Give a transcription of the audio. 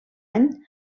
any